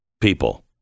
people